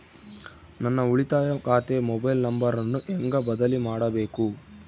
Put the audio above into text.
ನನ್ನ ಉಳಿತಾಯ ಖಾತೆ ಮೊಬೈಲ್ ನಂಬರನ್ನು ಹೆಂಗ ಬದಲಿ ಮಾಡಬೇಕು?